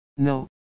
No